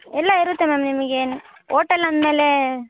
ಎಲ್ಲ ಇರುತ್ತೆ ಮ್ಯಾಮ್ ನಿಮಗೆ ಓಟಲ್ ಅಂದಮೇಲೆ